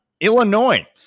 Illinois